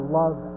love